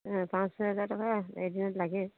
পাঁচ ছহেজাৰ টকা এদিনত লাগে